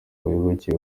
abayoboke